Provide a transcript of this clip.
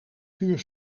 vuur